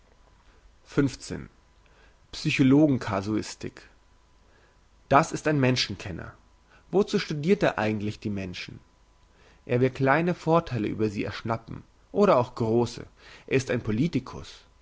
psychologen casuistik das ist ein menschenkenner wozu studirt er eigentlich die menschen er will kleine vortheile über sie erschnappen oder auch grosse er ist ein politikus